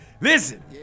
listen